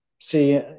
see